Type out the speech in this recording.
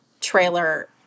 trailer